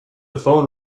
phone